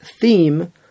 theme